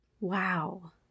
Wow